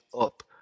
up